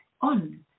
on